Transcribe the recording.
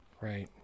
Right